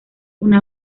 una